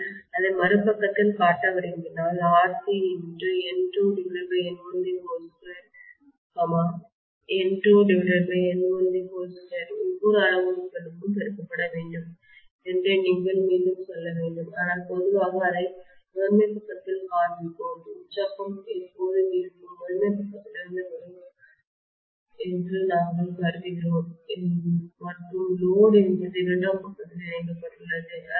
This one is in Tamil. நீங்கள் அதை மறுபக்கத்தில் காட்ட விரும்பினால் RcN2N12 N2N12 ஒவ்வொரு அளவுருக்களுக்கும் பெருக்கப்பட வேண்டும் என்று நீங்கள் மீண்டும் சொல்ல வேண்டும் ஆனால் பொதுவாக அதை முதன்மை பக்கத்தில் காண்பிப்போம் உற்சாகம் எப்போதும் இருக்கும் முதன்மை பக்கத்திலிருந்து வரும் என்று நாங்கள் கருதுகிறோம் மற்றும் லோடு எப்போதும் இரண்டாம் பக்கத்தில் இணைக்கப்பட்டுள்ளது